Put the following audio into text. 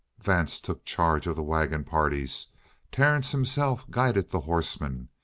vance took charge of the wagon parties terence himself guided the horsemen,